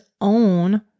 own